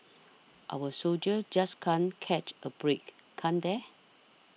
our soldiers just can't catch a break can't they